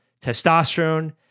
testosterone